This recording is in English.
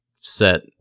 set